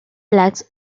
lacks